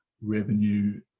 revenue